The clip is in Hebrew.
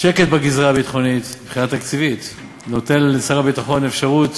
שקט בגזרה הביטחונית מבחינה תקציבית נותן לשר הביטחון אפשרות